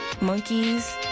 monkeys